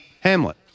Hamlet